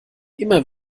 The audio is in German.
immer